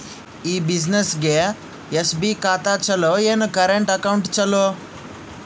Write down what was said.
ಈ ಬ್ಯುಸಿನೆಸ್ಗೆ ಎಸ್.ಬಿ ಖಾತ ಚಲೋ ಏನು, ಕರೆಂಟ್ ಅಕೌಂಟ್ ಚಲೋ?